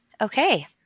Okay